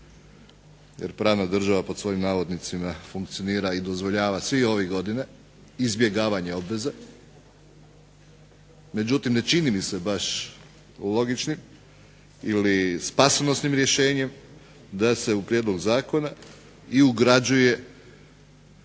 jer pravna država pod svojim navodnicima funkcionira i dozvoljava svih ovih godina izbjegavanje obveza, međutim ne čini mi se baš logičnim ili spasonosnim rješenjem da se u prijedlog zakona i ugrađuje